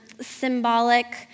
symbolic